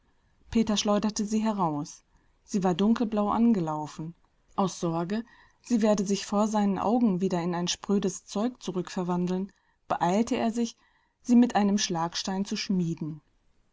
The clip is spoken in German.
peter schleuderte sie heraus sie war dunkelblau angelaufen aus sorge sie werde sich vor seinen augen wieder in ein sprödes zeug zurückverwandeln beeilte er sich sie mit einem schlagstein zu schmieden